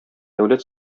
дәүләт